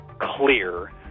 clear